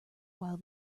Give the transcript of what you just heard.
while